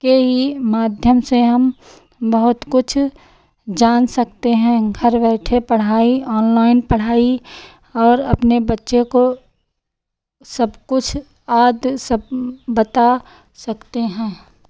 के ही माध्यम से हम बहुत कुछ जान सकते हैं घर बैठे पढ़ाई ऑनलाइन पढ़ाई और अपने बच्चे को सब कुछ आदि सब बता सकते हैं